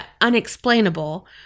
unexplainable